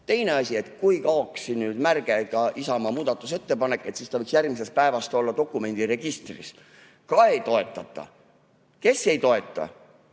Teine asi, kui kaoks see märge – Isamaa muudatusettepanek –, siis võiks järgmisest päevast olla dokumendiregistris. Ka ei toetata. Kes ei toeta?